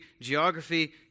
geography